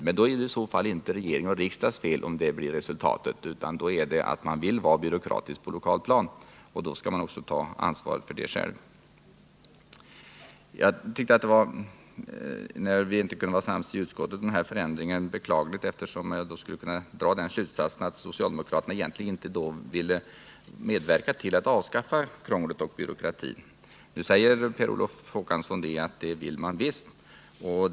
Men det är i så fall inte regeringens och riksdagens fel, utan då beror det på att man på det lokala planet vill vara byråkratisk, och då får man själv ta ansvaret för det. Jagtyckte som sagt att det var beklagligt att vi inte i utskottet kunde ena oss om den här förändringen, eftersom man därav skulle kunna dra den slutsatsen att socialdemokraterna inte vill vara med om att avskaffa krångel och byråkrati. Nu säger Per Olof Håkansson att det vill de visst.